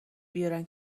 بیارن